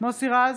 מוסי רז,